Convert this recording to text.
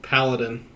Paladin